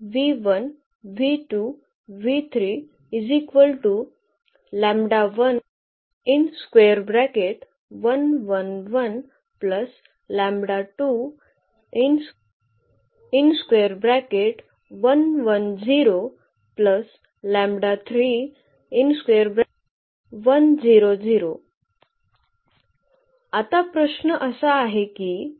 म्हणजे आता प्रश्न असा आहे की